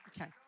Okay